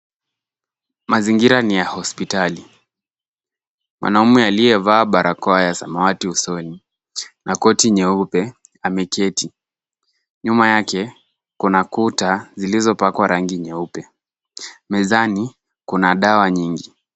Mazingira ni ya hospitali, mwanamume aliyevaa barakoa ya samawati usoni na koti nyeupe ameketi. Nyuma yake kuna kuta zilizopakwa rangi nyeupe. Mezani kuna dawa nyingi.